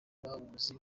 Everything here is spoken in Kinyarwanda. bawuzi